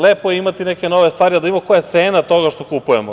Lepo je imati neke nove stvari, ali da vidimo koja je cena toga što kupujemo.